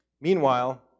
Meanwhile